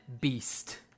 *Beast*